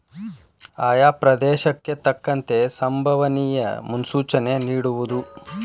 ಆಯಾ ಪ್ರದೇಶಕ್ಕೆ ತಕ್ಕಂತೆ ಸಂಬವನಿಯ ಮುನ್ಸೂಚನೆ ನಿಡುವುದು